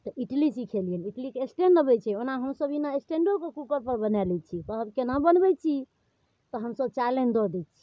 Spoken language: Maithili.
तऽ इडली सिखेलिअनि इडलीके स्टैण्ड अबै छै ओना हमसभ बिना स्टैण्डोके कूकरपर बना लै छिए कहब कोना बनबै छी तऽ हमसभ चालनि दऽ दै छिए